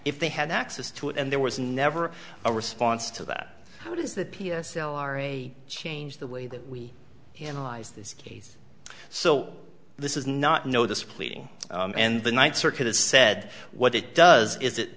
if they had access to it and there was never a response to that how does that p s l are a change the way that we analyze this case so this is not no this pleading and the ninth circuit has said what it does is it